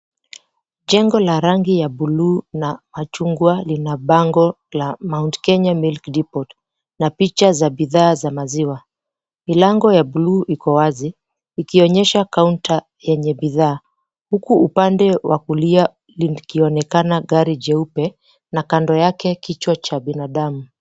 Jengo la rangi ya buluu na chungwa lina bango la Mt Kenya Milk Depot na picha za bidhaa za maziwa. Milango ya blue iko wazi ikionyesha kaunta yenye bidhaa. Huku upande wa kulia likionekana gari jeupe na kando yake kichwa cha binadamu.